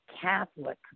Catholic